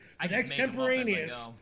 extemporaneous